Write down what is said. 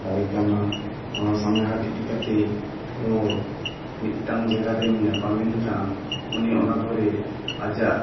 ᱫᱟᱲᱮ ᱠᱟᱱᱟ ᱚᱱᱟ ᱥᱟᱸᱜᱷᱟᱨ ᱤᱫᱤ ᱠᱟᱛᱮᱫ ᱦᱚᱲ ᱢᱤᱫᱴᱟᱝ ᱡᱟᱭᱜᱟ ᱨᱮᱢ ᱧᱟᱯᱟᱢᱮᱱ ᱠᱷᱟᱱ ᱩᱱᱤ ᱚᱱᱟ ᱠᱚᱨᱮ ᱟᱭᱟᱜ